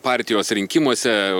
partijos rinkimuose